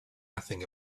nothing